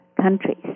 countries